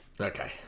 Okay